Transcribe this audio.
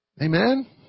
Amen